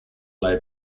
lay